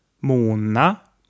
mona